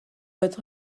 être